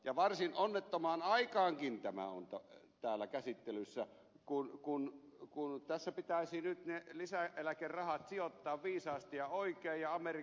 ja varsin onnettomaan aikaankin tämä on täällä käsittelyssä kun tässä pitäisi nyt ne lisäeläkerahat sijoittaa viisaasti ja oikein